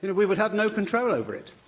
and we would have no control over it.